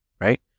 right